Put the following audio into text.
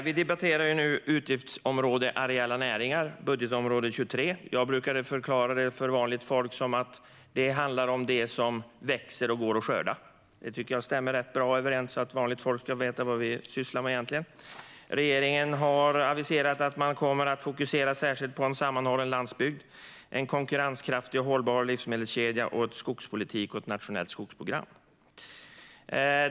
Vi debatterar utgiftsområde 23 Areella näringar, landsbygd och livsmedel. Jag brukar förklara för vanligt folk att det handlar om det som växer och går att skörda, så att de ska veta vad vi sysslar med. Regeringen har aviserat att man kommer att fokusera särskilt på en sammanhållen landsbygd, en konkurrenskraftig och hållbar livsmedelskedja samt skogspolitik och ett nationellt skogsprogram.